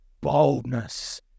boldness